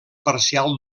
parcial